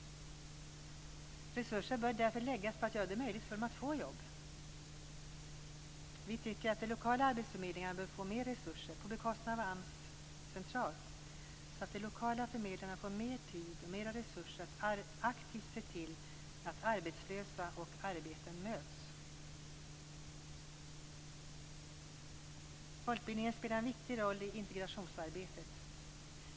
Resurser bör därför läggas på att göra det möjligt för dem att få jobb. Vi tycker att de lokala arbetsförmedlingarna bör få mera resurser, på bekostnad av AMS centralt, så att de lokala förmedlarna får mera tid och mera resurser för att aktivt se till att arbetslösa och arbeten möts. Folkbildningen spelar en viktig roll i integrationsarbetet.